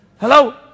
Hello